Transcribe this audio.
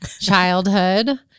childhood